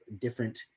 different